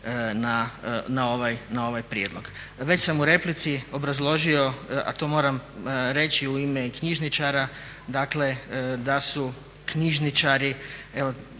na ovaj prijedlog. Već sam u replici obrazložio, a to moram reći u ime knjižničara, dakle da su knjižari